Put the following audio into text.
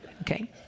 okay